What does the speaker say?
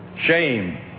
Shame